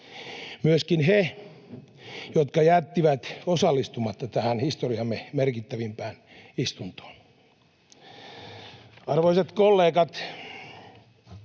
myöskin he, jotka jättivät osallistumatta tähän historiamme merkittävimpään istuntoon. Arvoisat kollegat!